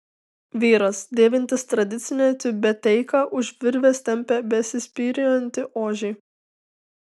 vyras dėvintis tradicinę tiubeteiką už virvės tempia besispyriojantį ožį